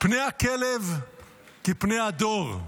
פני הכלב כפני הדור,